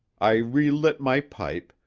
i relit my pipe,